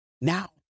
now